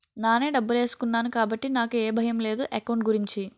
నానే డబ్బులేసుకున్నాను కాబట్టి నాకు ఏ భయం లేదు ఎకౌంట్ గురించి